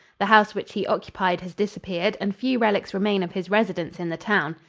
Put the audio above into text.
the house which he occupied has disappeared and few relics remain of his residence in the town.